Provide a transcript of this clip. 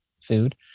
food